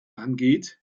angeht